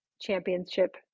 championship